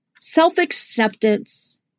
self-acceptance